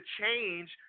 change